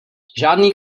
žádný